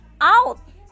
out